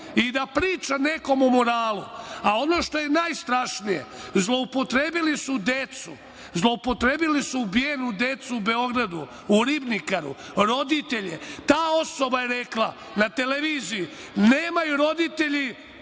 i da priča nekom o moralu, a ono što je najstrašnije, zloupotrebili su decu, zloupotrebili su ubijenu decu u Beogradu u Ribnikaru roditelje, ta osoba je rekla na televiziji nemaju roditelji…A